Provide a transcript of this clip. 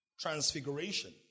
transfiguration